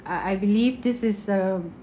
uh I believe this is a